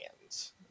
hands